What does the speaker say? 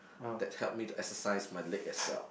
that help me to exercise my leg as well